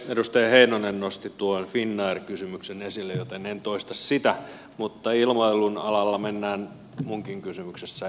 edustaja heinonen nosti tuon finnair kysymyksen esille joten en toista sitä mutta ilmailun alalla mennään minunkin kysymyksessäni